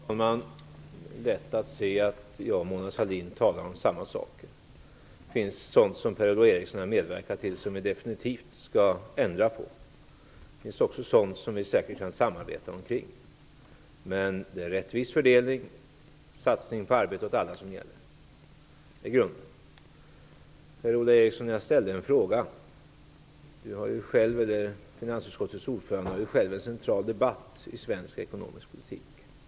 Fru talman! Beträffande detta om att Mona Sahlin och jag talar om samma saker. Det finns sådant som Per-Ola Eriksson har medverkat till och som vi definitivt skall ändra på. Men det finns också sådant som vi säkert kan samarbeta kring. Det är dock en rättvis fördelning och en satsning på arbete åt alla som gäller. Detta är grunden. Jag ställde en fråga. Per-Ola Eriksson har ju själv som finansutskottets ordförande en central roll i svensk ekonomisk politik.